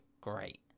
great